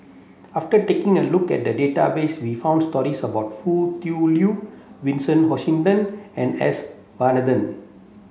after taking a look at the database we found stories about Foo Tui Liew Vincent Hoisington and S Varathan